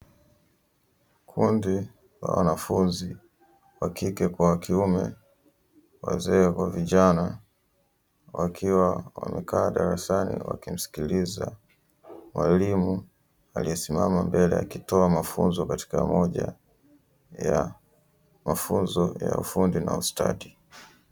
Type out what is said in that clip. Kundi la wanafunzi wa kike kwa wa kiume, wazee kwa vijana wakiwa wamekaa darasani wakimsikiliza mwalimu aliyesimama mbele akitoa mafunzo katika moja ya mafunzo ufundi na ustadi.